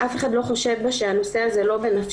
ואף אחד לא חושד בה שהנושא הזה לא בנפשה,